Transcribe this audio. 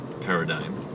paradigm